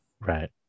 Right